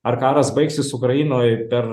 ar karas baigsis ukrainoj per